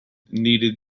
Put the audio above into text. needed